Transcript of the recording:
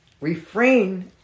Refrain